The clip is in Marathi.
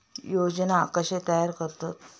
योजना कशे तयार करतात?